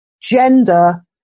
gender